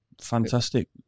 Fantastic